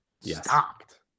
Stopped